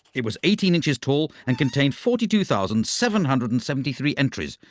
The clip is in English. it was eighteen inches tall and contained forty two thousand seven hundred and seventy three entries,